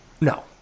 No